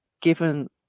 given